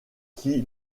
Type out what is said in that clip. qui